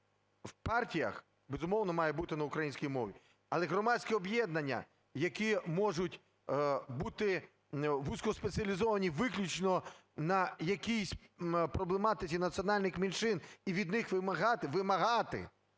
в партіях, безумовно, має бути на українській мові, але громадські об'єднання, які можуть бути вузькоспеціалізовані виключно на якійсь проблематиці національних менших і від них вимагати – вимагати!